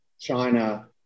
China